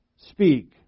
Speak